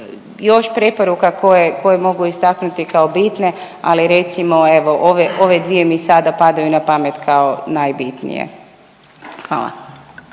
još preporuka koje, koje mogu istaknuti kao bitne, ali recimo evo ove, ove dvije mi padaju na pamet kao najbitnije. Hvala.